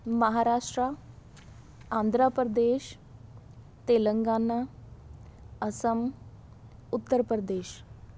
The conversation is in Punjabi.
ਮਹਾਂਰਾਸ਼ਟਰਾ ਆਂਧਰਾ ਪ੍ਰਦੇਸ਼ ਤੇਲੰਗਾਨਾ ਅਸਮ ਉੱਤਰ ਪ੍ਰਦੇਸ਼